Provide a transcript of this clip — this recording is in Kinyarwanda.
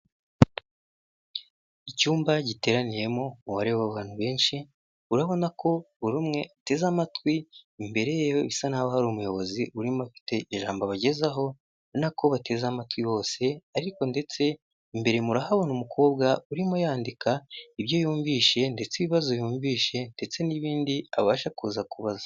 Icyumba giteraniyemo umubare w'abantu benshi urabona ko buri umwe ateze amatwi imbere ye bisa naho hari umuyobozi urimo afite ijambo abagezaho n'ako bateze amatwi bose ariko ndetse imbere murahabona umukobwa urimo yandika ibyo yumvise ndetse ibibazo yumvise ndetse n'ibindi abasha kuza kubaza.